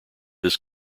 this